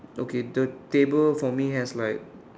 okay the table for me has like